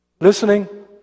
listening